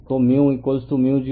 तो0 r